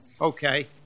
Okay